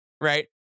right